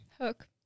Hook